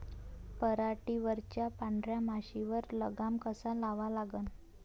पराटीवरच्या पांढऱ्या माशीवर लगाम कसा लावा लागन?